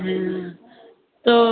हाँ तो